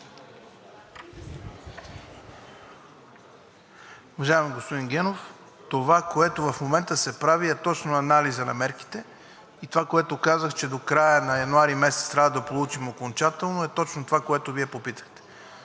Уважаеми господин Генов, това, което в момента се прави, е точно анализът на мерките. И това, което казах, че до края на януари месец трябва да получим окончателно, е точно това, което Вие попитахте.